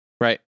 Right